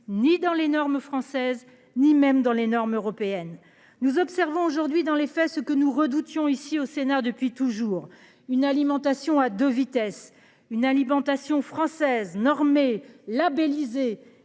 ni dans les normes françaises, ni même dans les normes européennes. Nous observons aujourd'hui dans les faits, ce que nous redoutions ici au Sénat depuis toujours une alimentation à 2 vitesses, une alimentation française normer labellisés